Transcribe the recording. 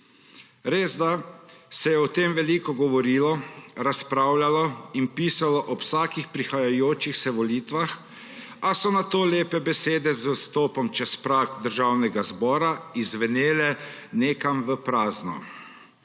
Resda se je o tem veliko govorilo, razpravljalo in pisalo ob vsakih prihajajočih volitvah, a so nato lepe besede z vstopom čez prag Državnega zbora izzvenele nekam v prazno.